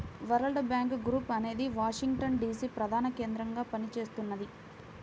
world bank group అనేది Washington DC ప్రధానకేంద్రంగా పనిచేస్తున్నది